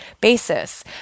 basis